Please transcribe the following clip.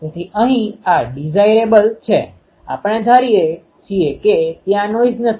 તેથીઅહીં આ ડીઝાઈરેબલdesirableઈચ્છનીય છે આપણે ધારીએ છીએ કે ત્યાં નોઈઝ નથી